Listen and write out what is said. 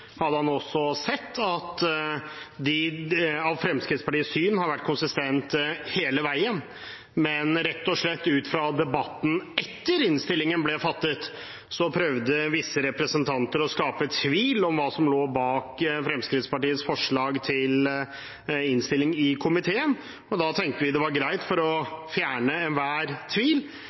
hadde han sett at Fremskrittspartiets syn har vært konsistent hele veien. Men rett og slett ut fra debatten etter at innstillingen ble avgitt, prøvde visse representanter å skape tvil om hva som lå bak Fremskrittspartiets forslag til innstilling i komiteen. Da tenkte vi det var greit, for å fjerne enhver tvil,